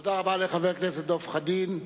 תודה רבה לחבר הכנסת דב חנין,